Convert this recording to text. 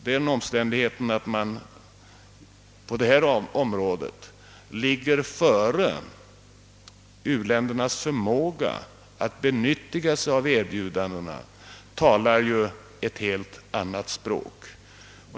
Den omständigheten att man på detta område ligger före u-ländernas förmåga att utnyttja erbjudandena talar ju ett helt annat språk.